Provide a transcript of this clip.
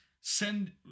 send